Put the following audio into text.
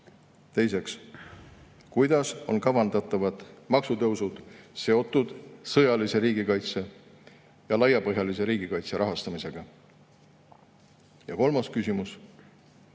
Teiseks: "Kuidas on kavandatavad maksutõusud seotud sõjalise riigikaitse ja laiapõhjalise riigikaitse rahastamisega?" Ja kolmas küsimus: